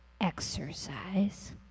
exercise